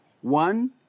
One